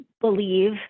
believe